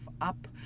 up